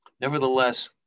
nevertheless